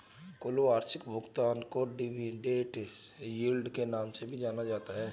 कुल वार्षिक भुगतान को डिविडेन्ड यील्ड के नाम से भी जाना जाता है